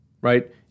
right